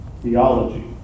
theology